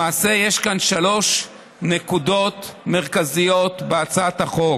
למעשה יש כאן שלוש נקודות מרכזיות בהצעת החוק.